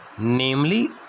namely